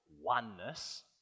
oneness